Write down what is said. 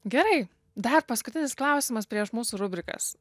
gerai dar paskutinis klausimas prieš mūsų rubrikas